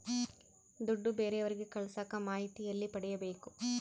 ದುಡ್ಡು ಬೇರೆಯವರಿಗೆ ಕಳಸಾಕ ಮಾಹಿತಿ ಎಲ್ಲಿ ಪಡೆಯಬೇಕು?